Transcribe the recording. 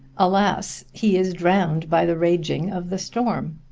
alas he is drowned by the raging of the storm.